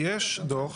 יש דוח.